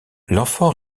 l’enfant